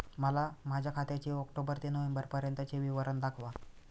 मला माझ्या खात्याचे ऑक्टोबर ते नोव्हेंबर पर्यंतचे विवरण दाखवा